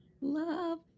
Love